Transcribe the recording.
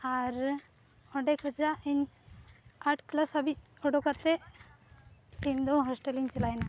ᱟᱨ ᱚᱸᱰᱮ ᱠᱷᱚᱱᱟᱜ ᱤᱧ ᱟᱴ ᱠᱮᱞᱟᱥ ᱦᱟᱹᱵᱤᱡ ᱩᱰᱩᱠ ᱠᱟᱛᱮᱫ ᱤᱧᱫᱚ ᱦᱳᱥᱴᱮᱞᱤᱧ ᱪᱟᱞᱟᱣᱮᱱᱟ